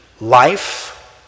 life